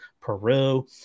Peru